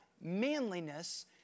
manliness